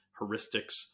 heuristics